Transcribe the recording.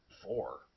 Four